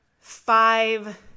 five